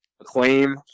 acclaim